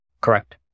Correct